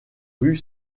rue